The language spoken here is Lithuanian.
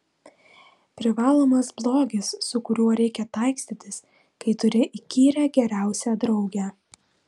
privalomas blogis su kuriuo reikia taikstytis kai turi įkyrią geriausią draugę